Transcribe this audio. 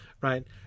right